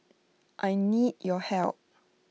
I need your help